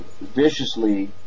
viciously